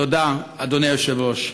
תודה, אדוני היושב-ראש.